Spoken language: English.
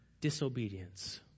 disobedience